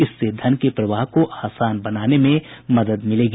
इससे धन के प्रवाह को आसान बनाने में मदद मिलेगी